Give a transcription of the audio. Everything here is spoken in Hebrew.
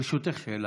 ברשותך, שאלה: